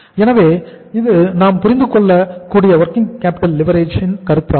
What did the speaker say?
எனவே இது நாம் புரிந்து கொள்ளக் கூடிய வொர்கிங் கேப்பிட்டல் லிவரேஜ் ன் கருத்து ஆகும்